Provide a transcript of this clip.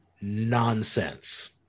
nonsense